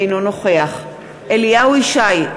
אינו נוכח אליהו ישי,